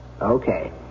Okay